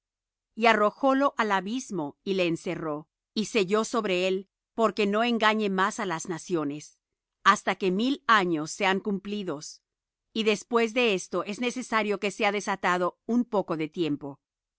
y arrojólo al abismo y le encerró y selló sobre él porque no engañe más á las naciones hasta que mil años sean cumplidos y después de esto es necesario que sea desatado un poco de tiempo